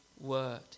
word